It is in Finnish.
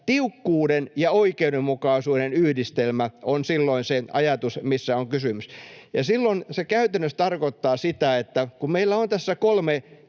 tiukkuuden ja oikeudenmukaisuuden yhdistelmä on silloin se ajatus, mistä on kysymys. Se käytännössä tarkoittaa sitä, että kun meillä on tässä kolme